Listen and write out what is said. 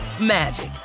magic